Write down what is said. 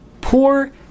poor